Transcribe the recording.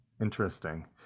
Interesting